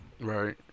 Right